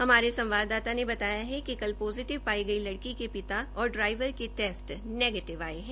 हमारे संवाददाता ने बताया कि कल पोजीटिव पाई गई लड़की के पिता और ड्राईवर के टेस्ट नेगीटिव आये है